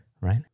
right